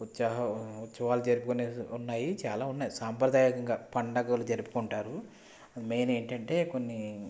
ఉత్సవా ఉత్సవాలు జరుపుకునేవి ఉన్నాయి చాలా ఉన్నాయి సాంప్రదాయకంగా పండగలు జరుపుకుంటారు మెయిన్ ఏంటంటే కొన్ని